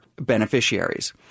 beneficiaries